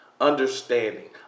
understanding